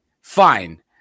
fine